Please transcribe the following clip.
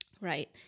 Right